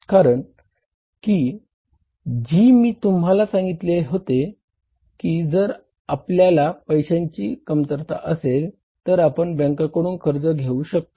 कारण की जसे मी तुम्हाला सांगितले होते की जर आपल्याला पैशांची कमतरता असेल तर आपण बँकेकडून कर्ज घेऊ शकतो